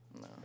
No